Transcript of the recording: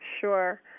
Sure